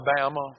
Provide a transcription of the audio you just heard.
Alabama